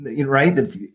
Right